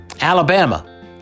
Alabama